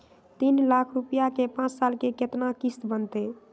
तीन लाख रुपया के पाँच साल के केतना किस्त बनतै?